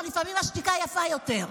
לפעמים השתיקה יפה יותר.